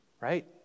Right